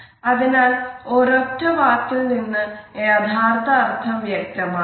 അതിനാൽ ഒരൊറ്റ വാക്കിൽ നിന്ന് യഥാർത്ഥ അർഥം വ്യക്തമാവില്ല